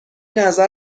نظر